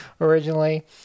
originally